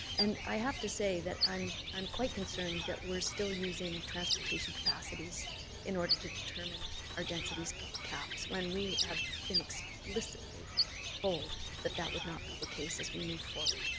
and i have to say, that i'm i'm quite concerned that we're still using transportation capacities in order to determine our density caps, when we have been explicitly told that that would not be the case as we move forward.